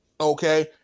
Okay